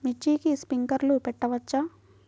మిర్చికి స్ప్రింక్లర్లు పెట్టవచ్చా?